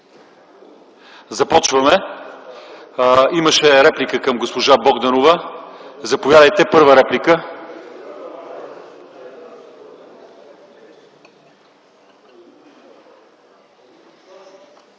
Започваме! Имаше реплика към госпожа Богданова. Заповядайте за първа реплика.